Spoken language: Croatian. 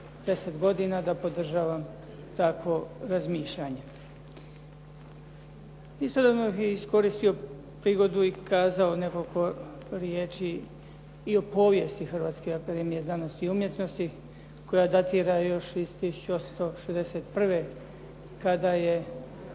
da podržavam takvo razmišljanje. Istodobno bih iskoristio prigodu i kazao nekoliko riječi i o povijesti Hrvatske akademije znanosti i umjetnosti koja datira još iz 1861. kada je